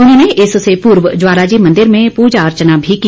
उन्होंने इससे पूर्व ज्वालाजी मंदिर में पूजा अर्चना भी की